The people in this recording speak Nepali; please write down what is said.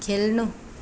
खेल्नु